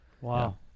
Wow